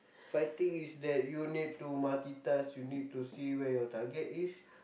fighting is that you need to multitask you need to see where your target is